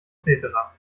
cetera